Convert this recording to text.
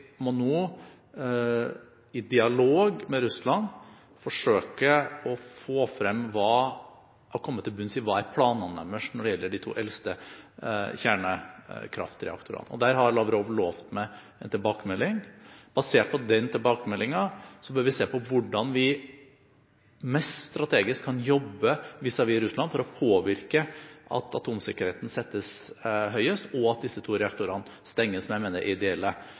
i dialog med Russland må forsøke å komme til bunns i hva som er planene deres når det gjelder de to eldste kjernekraftreaktorene. Her har Lavrov lovet meg en tilbakemelding. Basert på den tilbakemeldingen bør vi se på hvordan vi mest strategisk kan jobbe vis-à-vis Russland for å påvirke at atomsikkerheten settes høyest, og at disse to reaktorene stenges, som jeg mener vil være det ideelle.